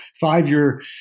five-year